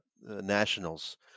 Nationals